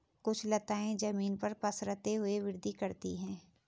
कुछ लताएं जमीन पर पसरते हुए वृद्धि करती हैं